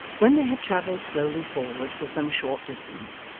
when they had travelled slowly forward for some short distance,